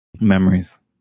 Memories